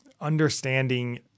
understanding